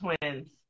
Twins